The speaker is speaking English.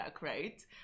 right